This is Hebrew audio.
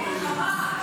תודה רבה.